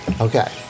Okay